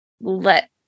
let